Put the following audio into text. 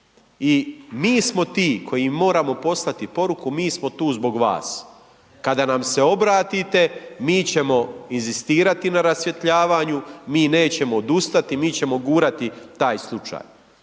i mi smo ti koji moramo poslati poruku, mi smo tu zbog vas. Kada nam se obratite, mi ćemo inzistirati na rasvjetljavanju, mi nećemo odustati, mi ćemo gurati taj slučaj.